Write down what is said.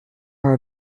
are